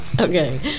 okay